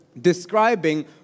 describing